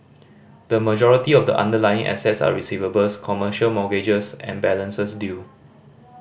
the majority of the underlying assets are receivables commercial mortgages and balances due